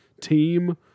team